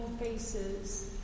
faces